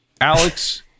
Alex